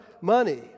money